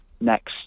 next